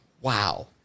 wow